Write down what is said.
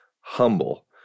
humble